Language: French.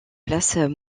places